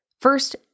First